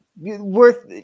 worth